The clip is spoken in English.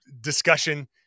discussion